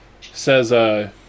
says